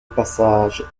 passage